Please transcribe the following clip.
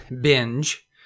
binge